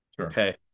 okay